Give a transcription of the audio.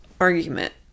argument